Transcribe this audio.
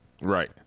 Right